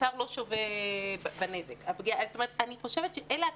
אני חושבת שאלה הקריטריונים.